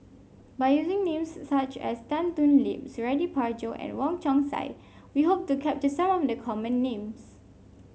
by using names such as Tan Thoon Lip Suradi Parjo and Wong Chong Sai we hope to capture some of the common names